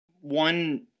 One